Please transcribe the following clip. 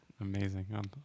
amazing